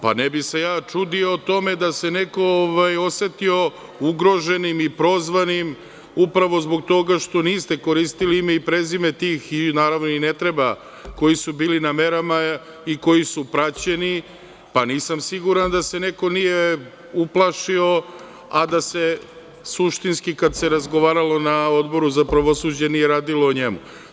Pa, ne bih se ja čudio tome da se neko osetio ugroženim i prozvanim, upravo zbog toga što niste koristili ime i prezime tih, i naravno i ne treba, koji su bili na merama i koji su praćeni, pa nisam siguran da se neko nije uplašio, a da se suštinski kada se razgovaralo na Odboru za pravosuđe nije radilo o njemu.